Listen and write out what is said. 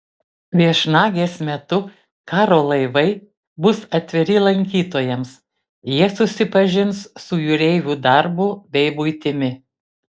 viešnagės metu karo laivai bus atviri lankytojams jie susipažins su jūreivių darbu bei buitimi